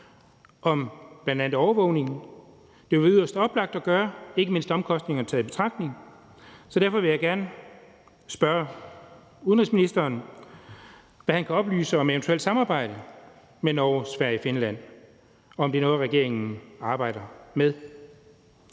om bl.a. overvågning? Det er jo yderst oplagt at gøre, ikke mindst omkostningerne taget i betragtning. Så derfor vil jeg gerne spørge udenrigsministeren, hvad han kan oplyse om et eventuelt samarbejde med Norge, Sverige og Finland, altså om det er noget, regeringen arbejder med.